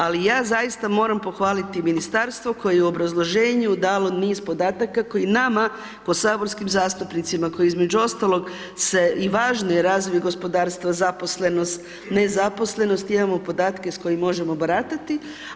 Ali, ja zaista moram pohvaliti Ministarstvo, koje je u obrazloženju dalo niz podataka koji nama ko saborskim zastupnicima, koji između ostalog se i važnije razviju gospodarstvo, zaposlenost, nezaposlenost i imamo podataka s kojima možemo baratati.